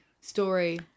story